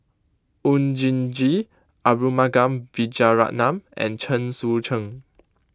Oon Jin Gee Arumugam Vijiaratnam and Chen Sucheng